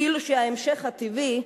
כאילו שההמשך טבעי,